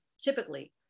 typically